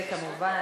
וכמובן,